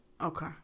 Okay